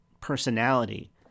personality